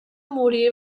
morir